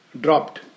dropped